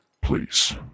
please